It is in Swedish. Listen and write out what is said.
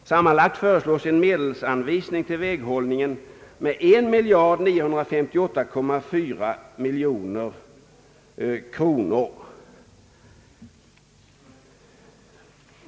Sammanlagt föreslås en medelsanvisning till väghållningen med 1958,4 miljoner kronor.